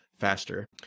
faster